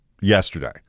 yesterday